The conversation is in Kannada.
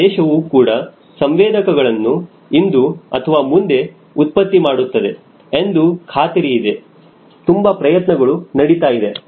ನಮ್ಮ ದೇಶವು ಕೂಡ ಸಂವೇದಕಗಳನ್ನು ಇಂದು ಅಥವಾ ಮುಂದೆ ಉತ್ಪತ್ತಿ ಮಾಡುತ್ತದೆ ಎಂದು ಖಾತರಿಯಿದೆ ತುಂಬಾ ಪ್ರಯತ್ನಗಳು ನಡಿತಾ ಇದೆ